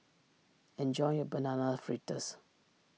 enjoy your Banana Fritters